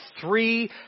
three